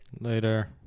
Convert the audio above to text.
Later